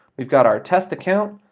we've got our test account.